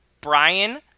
Brian